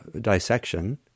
dissection